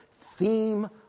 theme